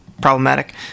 problematic